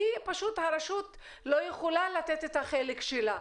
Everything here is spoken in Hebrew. כי פשוט הרשות לא יכולה לתת את החלק שלה.